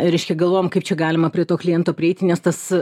reiškia galvojom kaip čia galima prie to kliento prieiti nes tas